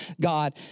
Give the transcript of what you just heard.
God